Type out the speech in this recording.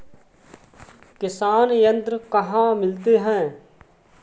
किसान यंत्र कहाँ मिलते हैं?